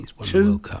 two